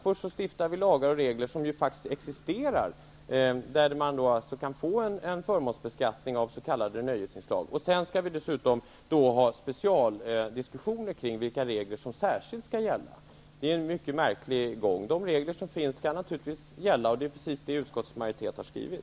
Först stiftar vi lagar och regler -- vilka ju faktiskt existerar -- om förmånsbeskattning av s.k. nöjesinslag. Sedan skall vi dessutom föra specialdiskussioner kring vilka regler som särskilt skall gälla. Det är en mycket märklig gång. De regler som finns skall naturligtvis gälla, och det är precis vad utskottsmajoriteten har skrivit.